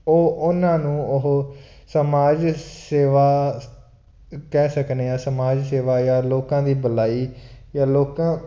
ਉਹ ਉਹਨਾਂ ਨੂੰ ਉਹ ਸਮਾਜ ਸੇਵਾ ਕਹਿ ਸਕਦੇ ਹਾਂ ਸਮਾਜ ਸੇਵਾ ਜਾਂ ਲੋਕਾਂ ਦੀ ਭਲਾਈ ਜਾਂ ਲੋਕਾਂ